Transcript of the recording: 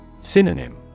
Synonym